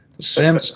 Sam